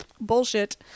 bullshit